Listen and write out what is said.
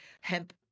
hemp